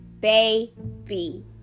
baby